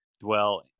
dwell